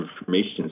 information